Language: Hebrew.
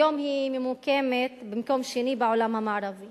היום היא ממוקמת במקום שני בעולם המערבי